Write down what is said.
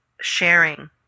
sharing